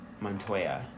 Montoya